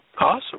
Awesome